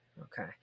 Okay